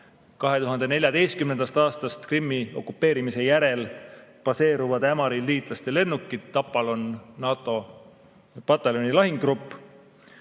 2014. aastast, Krimmi okupeerimise järel baseeruvad Ämaris liitlaste lennukid, Tapal on NATO pataljoni lahingugrupp.